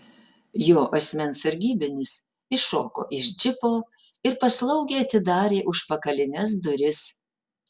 jo asmens sargybinis iššoko iš džipo ir paslaugiai atidarė užpakalines duris